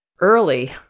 early